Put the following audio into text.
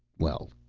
well,